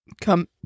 come